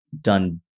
done